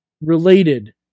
Related